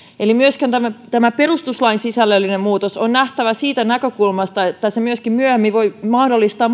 eli myöskin tämä perustuslain sisällöllinen muutos on nähtävä siitä näkökulmasta että se myöskin myöhemmin voi mahdollistaa